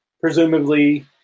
presumably